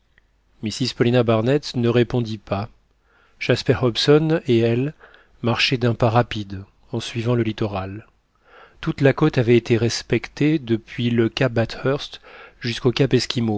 mrs paulina barnett ne répondit pas jasper hobson et elle marchaient d'un pas rapide en suivant le littoral toute la côte avait été respectée depuis le cap bathurst jusqu'au cap